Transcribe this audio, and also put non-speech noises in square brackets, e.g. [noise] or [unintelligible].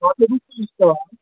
[unintelligible]